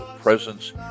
presence